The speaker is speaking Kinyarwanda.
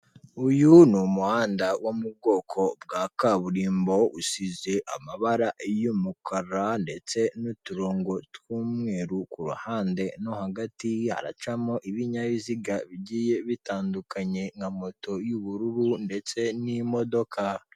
Uyu ni umuhanda wo mu bwoko bwa kaburimbo usize amabara y'umukara ndetse n'uturongo tw'umweru, ku ruhande no hagati haracamo ibinyabiziga bigiye bitandukanye nka moto y'ubururu ndetse n'imodoka.